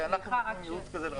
שאנחנו נותנים ייעוץ כזה לרשות.